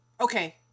Okay